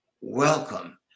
welcome